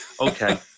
Okay